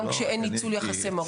גם כשאין ניצול יחסי מרות.